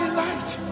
light